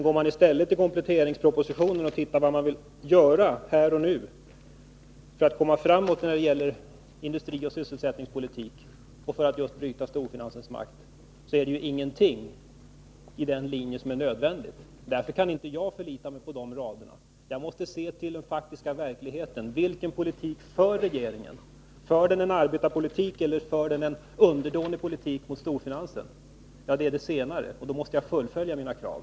Går man i stället till kompletteringspropositionen och tittar efter vad regeringen vill göra här och nu för att komma framåt när det gäller industrioch sysselsättningspolitiken och för att bryta storfinansens makt, finner man inga åtgärder i den riktning som är nödvändig. Därför kan inte jag förlita mig på dessa rader i betänkandet. Jag måste se till den faktiska verkligheten. Vilken politik för regeringen? För den en arbetarpolitik eller en underdånig politik mot storfinansen? Det är det senare. Därför måste jag fullfölja mina krav.